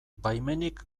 baimenik